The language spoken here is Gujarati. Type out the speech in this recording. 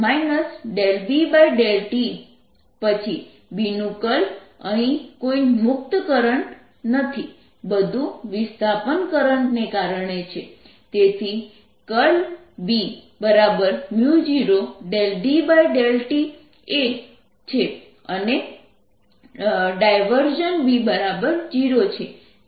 પછી B નું કર્લ અહીં કોઈ મુક્ત કરંટ નથી બધું વિસ્થાપન કરંટ ને કારણે છે તેથી B0 D∂t છે અને B 0 છે